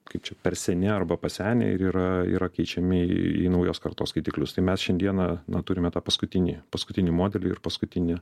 kaip čia per seni arba pasenę ir yra yra keičiami į naujos kartos skaitiklius tai mes šiandieną na turime tą paskutinį paskutinį modelį ir paskutinį